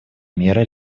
мера